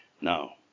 Now